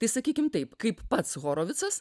tai sakykim taip kaip pats horovicas